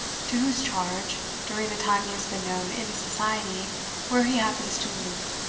to whose charge, during the time he has been known in the society where he happens to move,